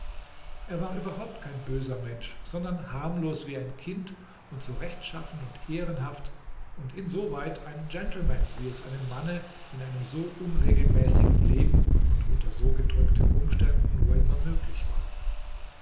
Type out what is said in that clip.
er war überhaupt kein böser mensch sondern harmlos wie ein kind und so rechtschaffen und ehrenhaft und insoweit ein gentleman wie es einem manne in einem so unregelmäßigen leben und unter so gedrückten umständen nur immer möglich war